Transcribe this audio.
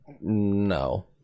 no